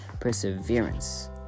perseverance